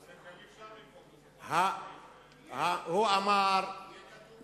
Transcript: גם אי-אפשר למחוק אותה, היא שפה רשמית.